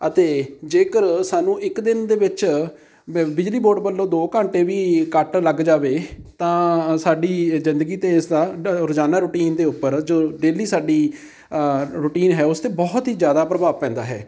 ਅਤੇ ਜੇਕਰ ਸਾਨੂੰ ਇੱਕ ਦਿਨ ਦੇ ਵਿੱਚ ਬ ਬਿਜਲੀ ਬੋਰਡ ਵੱਲੋਂ ਦੋ ਘੰਟੇ ਵੀ ਕੱਟ ਲੱਗ ਜਾਵੇ ਤਾਂ ਸਾਡੀ ਜ਼ਿੰਦਗੀ 'ਤੇ ਇਸਦਾ ਰੋਜ਼ਾਨਾ ਰੂਟੀਨ ਦੇ ਉੱਪਰ ਜੋ ਡੇਲੀ ਸਾਡੀ ਰੂਟੀਨ ਹੈ ਉਸ 'ਤੇ ਬਹੁਤ ਹੀ ਜ਼ਿਆਦਾ ਪ੍ਰਭਾਵ ਪੈਂਦਾ ਹੈ